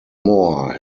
more